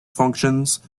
functions